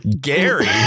Gary